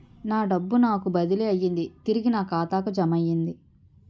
నా డబ్బు నాకు బదిలీ అయ్యింది తిరిగి నా ఖాతాకు జమయ్యింది